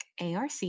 arc